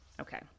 Okay